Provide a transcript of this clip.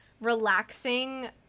relaxing